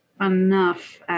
enough